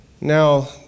Now